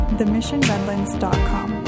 themissionredlands.com